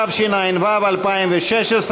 התשע"ו 2016,